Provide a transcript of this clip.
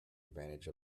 advantage